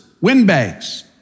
windbags